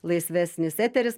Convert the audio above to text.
laisvesnis eteris